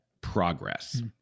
progress